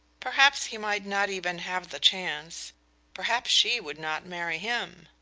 perhaps he might not even have the chance perhaps she would not marry him,